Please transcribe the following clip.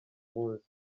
munsi